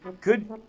Good